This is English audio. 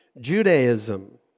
Judaism